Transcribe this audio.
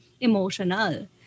emotional